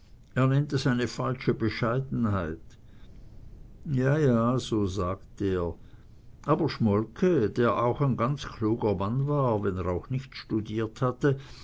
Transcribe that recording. nennt es eine falsche bescheidenheit ja ja so sagt er aber schmolke der auch ein ganz kluger mann war wenn er auch nicht studiert hatte